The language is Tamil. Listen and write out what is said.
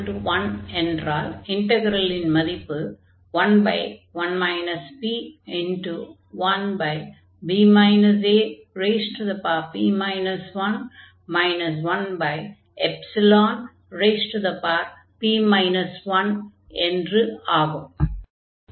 p 1 என்றால் இன்டக்ரலின் மதிப்பு 11 p1b ap 1 1p 1 என்று ஆகும்